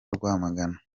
rwamagana